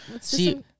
See